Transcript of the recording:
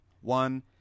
one